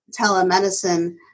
telemedicine